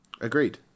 agreed